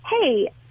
hey